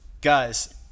Guys